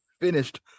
finished